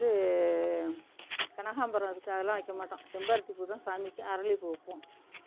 இது கனகாம்பரம் இருக்குது அதெல்லாம் வைக்க மாட்டோம் செம்பருத்தி பூ தான் சாமிக்கு அரளிப்பூ வைப்போம்